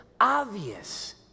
obvious